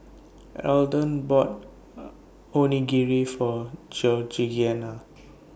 Alden bought Onigiri For Georgianna